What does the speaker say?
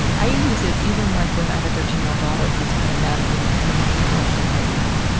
i use it, even like when i have a thirteen year old daughter who's kind of navigating some of the mean girl stuff right now. yeah